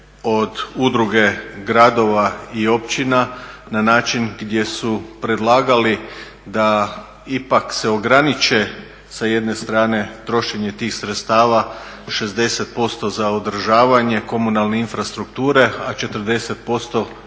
od udruge gradova i općina na način gdje su predlagali da ipak se ograniče sa jedne strane trošenje tih sredstava, 60% za održavanje komunalne infrastrukture, a 40%